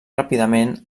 ràpidament